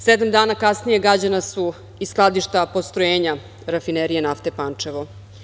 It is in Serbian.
Sedam dana kasnije gađana su i skladišta postrojenja Rafinerije nafte Pančevo.